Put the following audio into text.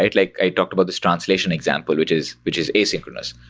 right? like i talked about this translation example, which is which is asynchronous,